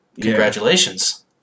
Congratulations